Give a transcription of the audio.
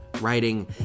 writing